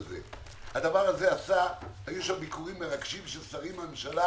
היו שם ביקורים מרגשים של שרים בממשלה